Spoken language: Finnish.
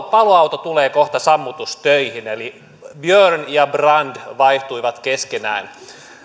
paloauto tulee kohta sammutustöihin eli björn ja brand vaihtuivat keskenään